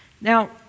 Now